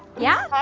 yeah?